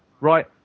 right